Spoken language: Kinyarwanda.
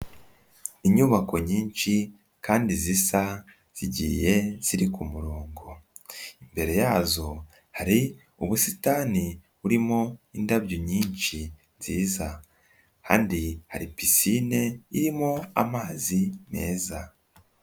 Inyubako nyinshi kandi zisa zigiye ziri kumurongo, imbere yazo hari ubusitani burimo indabyo nyinshi nziza kandi hari pisine irimo amazi meza.